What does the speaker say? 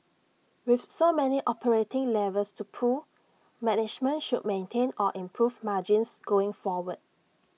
with so many operating levers to pull management should maintain or improve margins going forward